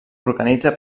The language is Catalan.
organitza